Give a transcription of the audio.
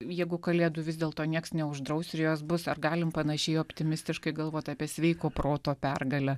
jeigu kalėdų vis dėlto nieks neuždraus ir jos bus ar galim panašiai optimistiškai galvot apie sveiko proto pergalę